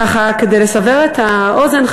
כדי לסבר את האוזן,